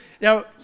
Now